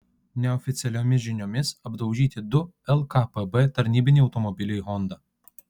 neoficialiomis žiniomis apdaužyti du lkpb tarnybiniai automobiliai honda